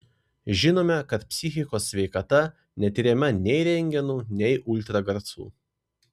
žinome kad psichikos sveikata netiriama nei rentgenu nei ultragarsu